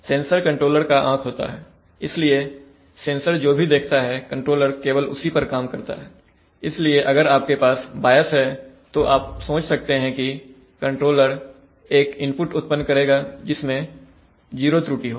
sensor controller का आंख होता है इसलिए सेंसर जो भी देखता है कंट्रोलर केवल उसी पर काम करता है इसलिए अगर आपके पास बायस है तो आप सोच सकते हैं कि कंट्रोलर एक इनपुट उत्पन्न करेगा जिसमें जीरो त्रुटि होगा